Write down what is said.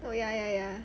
oh ya ya ya